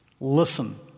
Listen